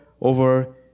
over